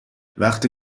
وفتی